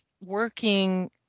working